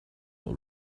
will